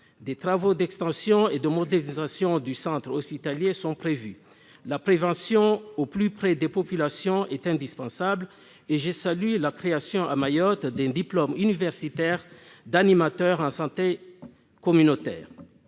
Des travaux d'extension et de modernisation du centre hospitalier sont prévus. La prévention au plus près des populations est indispensable, et je salue la création à Mayotte d'un diplôme universitaire d'animateur en santé communautaire.